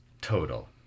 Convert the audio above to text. total